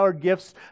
gifts